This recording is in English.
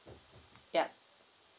yup